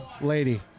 lady